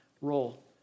role